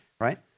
right